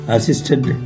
Assisted